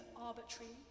arbitrary